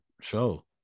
show